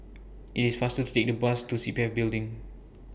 IT IS faster to Take The Bus to C P F Building